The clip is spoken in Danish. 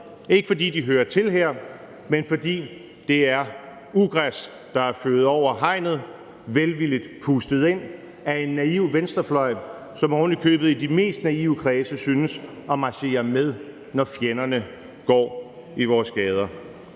ikke, fordi de hører til her, men fordi det er ugræs, der er føget over hegnet, velvilligt pustet ind af en naiv venstrefløj, som ovenikøbet i de mest naive kredse synes at marchere med, når fjenderne går i vores gader.